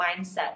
mindset